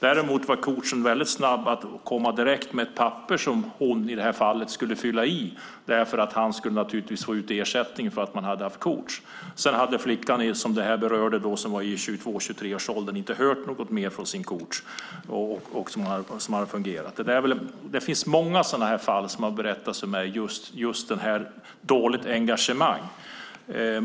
Däremot var en coach väldigt snabb med att till en flicka, som är 22-23 år, direkt komma med ett papper som hon skulle fylla i för att få ut ersättning. Sedan hörde hon inte något mer från coachen. Många sådana här fall har berättats för mig som gäller dåligt engagemang.